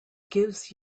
gives